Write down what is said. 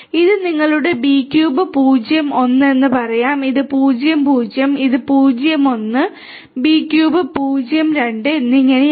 ഇത് നിങ്ങളുടെ B cube 1 എന്ന് പറയാം ഇത് 0 0 ഇത് 0 1 B ക്യൂബ് 0 2 എന്നിങ്ങനെയാണ്